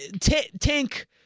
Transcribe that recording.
tank